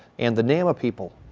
and the naima people,